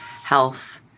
health